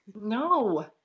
No